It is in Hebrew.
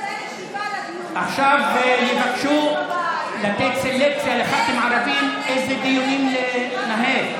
עכשיו יבקשו לעשות סלקציה לח"כים ערבים איזה דיונים לנהל.